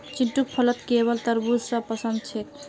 चिंटूक फलत केवल तरबू ज पसंद छेक